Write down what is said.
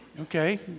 okay